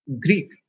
Greek